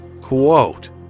Quote